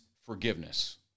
forgiveness